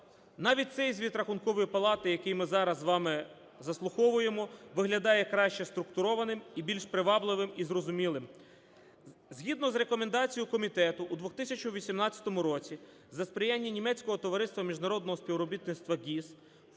Навіть цей звіт Рахункової палати, який ми зараз з вами заслуховуємо, виглядає краще структурованим і більш привабливим, і зрозумілим. Згідно з рекомендацією комітету у 2018 році за сприяння Німецького товариства міжнародного співробітництва GIZ